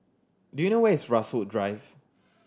do you know where is Rasok Drive